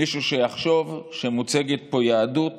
מישהו יחשוב שמוצגת פה יהדות